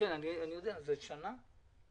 זה שנה?